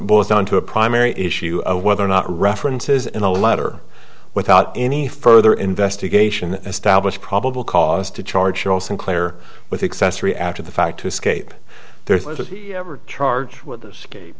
boils down to a primary issue of whether or not references in a letter without any further investigation establish probable cause to charge cheryl sinclair with accessory after the fact to escape ever charged with the scape